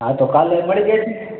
હા તો કાલે મળી જશે